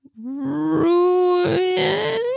Ruin